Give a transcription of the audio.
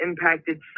impacted